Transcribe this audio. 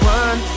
one